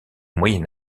moyen